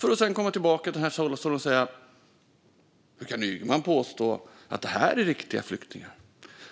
Sedan skulle han komma tillbaka till den andra talarstolen och säga: Hur kan Ygeman påstå att det här är riktiga flyktingar?